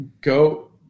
go